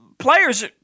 players